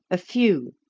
a few,